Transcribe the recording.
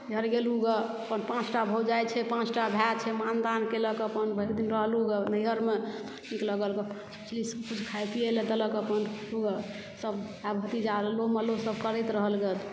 नैहर गेलहुँ गऽ अपन पांँचटा भौजाइ छै पाँचटा भाय छै मानदान केलक अपन भरि दिन रहलहुँ गऽ नैहरमे नीक लगल गऽ माछ मछली सबकिछु खाए पिऐ लऽ देलक अपन खूब सब भाइ भतीजा अलो मलो सब करैत रहल गऽ